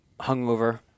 hungover